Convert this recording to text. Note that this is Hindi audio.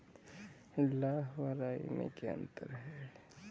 लाह व राई में क्या अंतर है?